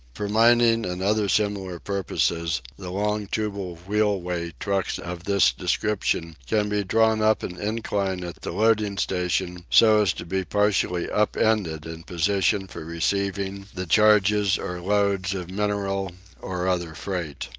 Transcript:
for mining and other similar purposes, the long tubal wheelway trucks of this description can be drawn up an incline at the loading station so as to be partially up-ended in position for receiving the charges or loads of mineral or other freight.